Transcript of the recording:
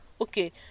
okay